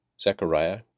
Zechariah